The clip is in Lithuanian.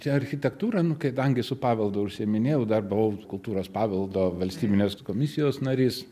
čia architektūra nu kaidangi su paveldu užsiiminėjau dar buvau kultūros paveldo valstybinės komisijos narys